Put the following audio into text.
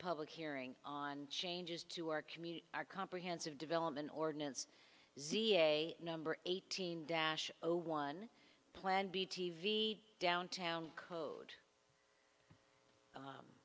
public hearing on changes to our community our comprehensive development ordinance z a number eighteen dash zero one plan b t v downtown code